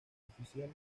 oficial